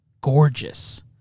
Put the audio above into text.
gorgeous